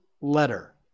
letter